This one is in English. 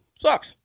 sucks